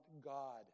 God